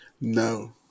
No